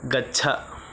गच्छ